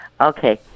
Okay